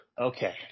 Okay